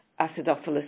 Acidophilus